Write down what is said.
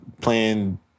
playing